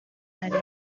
nari